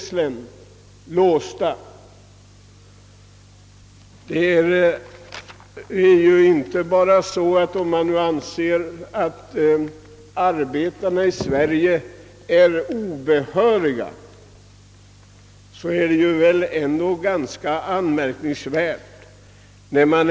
Cellulosabolaget har t.ex. satt upp två järnbommar på en väg i Fors socken i Jämtlands län.